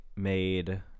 made